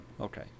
Okay